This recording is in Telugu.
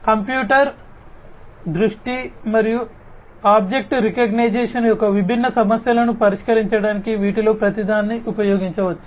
కంప్యూటర్ దృష్టి మరియు ఆబ్జెక్ట్ రికగ్నిషన్ యొక్క విభిన్న సమస్యలను పరిష్కరించడానికి వీటిలో ప్రతిదాన్ని ఉపయోగించవచ్చు